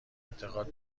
انتقاد